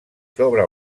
sobre